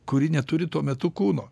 kuri neturi tuo metu kūno